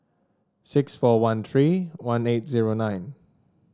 six four one three one eight zero nine